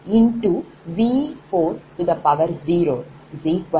0 j0